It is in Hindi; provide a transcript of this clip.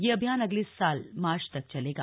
यह अभियान अगले साल मार्च तक चलेगा